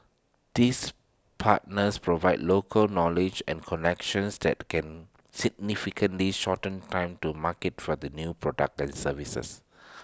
these partners provide local knowledge and connections that can significantly shorten time to market for the new products and services